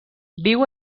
viu